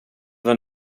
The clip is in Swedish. var